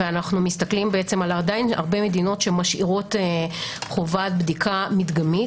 עדיין הרבה מדינות שמשאירות חובת בדיקה מדגמית.